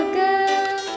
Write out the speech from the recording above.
good